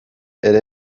ere